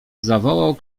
zawołał